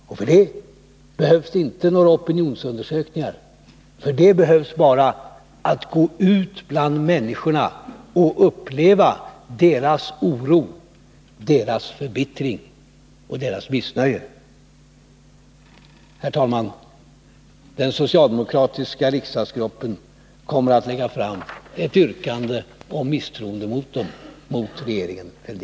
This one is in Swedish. Och för det behövs det inga opinionsundersökningar. För det behövs det bara att gå ut bland människorna och uppleva deras oro, deras förbittring och deras missnöje. Herr talman! Den socialdemokratiska riksdagsgruppen kommer att lägga fram ett yrkande om misstroendevotum mot regeringen Fälldin.